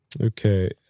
Okay